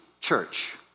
church